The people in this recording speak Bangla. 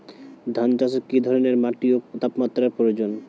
ধান চাষে কী ধরনের মাটি ও তাপমাত্রার প্রয়োজন?